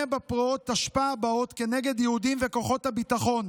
בפרעות תשפ"א הבאות כנגד יהודים וכוחות הביטחון,